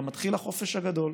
גם מתחיל החופש הגדול.